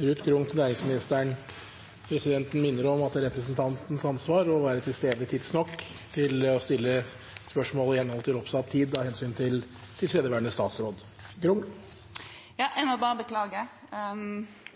Ruth Grung til næringsministeren. Presidenten minner om at det er representantens ansvar å være til stede tidsnok til å stille spørsmålet i henhold til oppsatt tid, av hensyn til tilstedeværende statsråd. Dette spørsmålet, fra representanten Ruth Grung